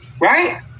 right